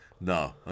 No